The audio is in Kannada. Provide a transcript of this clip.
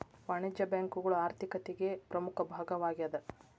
ವಾಣಿಜ್ಯ ಬ್ಯಾಂಕುಗಳು ಆರ್ಥಿಕತಿಗೆ ಪ್ರಮುಖ ಭಾಗವಾಗೇದ